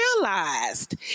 realized